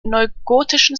neugotischen